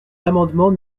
l’amendement